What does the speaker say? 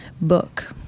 book